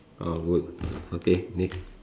orh good okay next